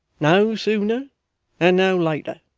no sooner and no later.